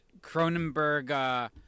Cronenberg